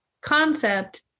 concept